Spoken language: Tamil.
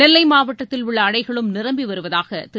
நெல்லை மாவட்டத்தில் உள்ள அணைகளும் நிரம்பி வருவதாக திரு